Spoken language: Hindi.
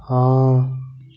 हाँ